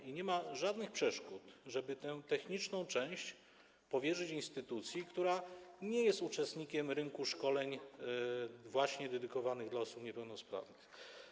I nie ma żadnych przeszkód, żeby tę techniczną część powierzyć instytucji, która nie jest uczestnikiem rynku szkoleń dedykowanych dla osób niepełnosprawnych.